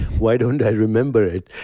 why don't i remember it?